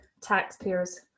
taxpayers